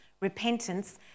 repentance